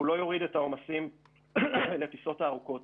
הוא לא יוריד את העומסים לטיסות הארוכות,